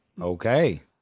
Okay